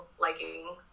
liking